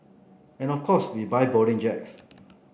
and of course we buy Boeing